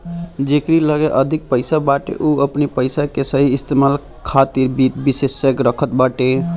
जेकरी लगे अधिक पईसा बाटे उ अपनी पईसा के सही इस्तेमाल खातिर वित्त विशेषज्ञ रखत बाटे